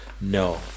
No